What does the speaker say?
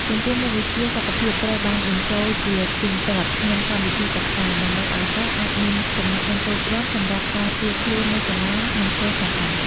ចំពោះមុខវិជ្ជាសុខភាពត្រូវបានបញ្ចូលជាទៀងទាត់ក្នុងកម្មវិធីសិក្សា ដើម្បីឲ្យសិស្សអាចមានចំណេះដឹងគ្រប់គ្រាន់សម្រាប់ការពារខ្លួននៅសាលា និងផ្ទះផងដែរ។